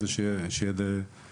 כדי שיהיה --- כן,